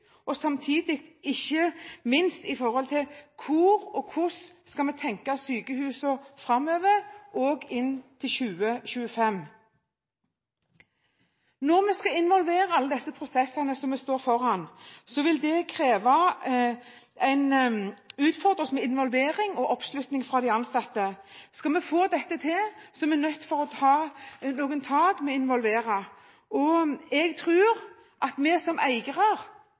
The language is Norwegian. og samtidig ikke minst i hvor og hvordan skal vi tenke sykehus framover mot 2025. Når vi skal involvere alle disse prosessene som vi står foran, vil det utfordre oss med involvering og oppslutning fra de ansatte. Skal vi få dette til, er vi nødt til å ta noen tak med å involvere, og jeg tror at vi som eiere,